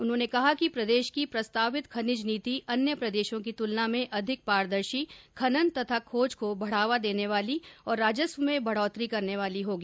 उन्होंने कहा कि प्रदेश की प्रस्तावित खनिज नीति अन्य प्रदेशों की तुलना में अधिक पारदर्शी खनन तथा खोज को बढ़ावा देने वाली और राजस्व में बढ़ोतरी करने वाली होगी